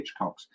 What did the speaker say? Hitchcocks